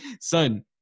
son